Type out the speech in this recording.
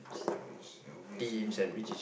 so it's obviously